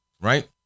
right